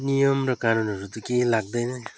नियम र कानुनहरू त केही लाग्दैन